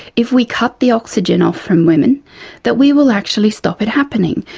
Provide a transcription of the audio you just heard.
if we cut the oxygen off from women that we will actually stop it happening.